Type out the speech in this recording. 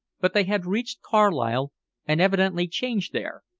but they had reached carlisle and evidently changed there,